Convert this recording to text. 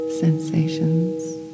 sensations